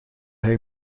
hij